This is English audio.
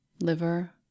liver